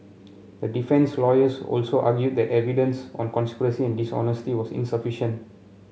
the defence lawyers also argued that the evidence on conspiracy and dishonesty was insufficient